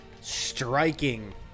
Striking